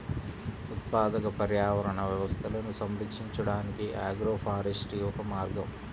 ఉత్పాదక పర్యావరణ వ్యవస్థలను సంరక్షించడానికి ఆగ్రోఫారెస్ట్రీ ఒక మార్గం